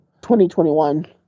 2021